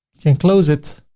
can close it,